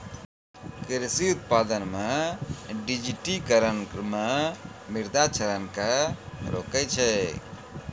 कृषि उत्पादन मे डिजिटिकरण मे मृदा क्षरण के रोकै छै